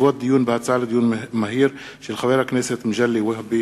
הצעתו של חבר הכנסת מגלי והבה.